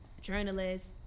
journalists